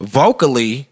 vocally